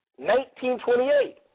1928